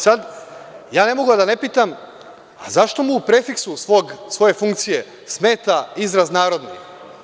Sada, ne mogu a da ne pitam – zašto mu u prefiksu svoje funkcije smeta izraz – narodni?